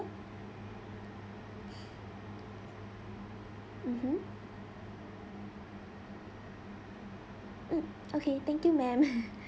mmhmm mm okay thank you ma'am